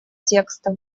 текста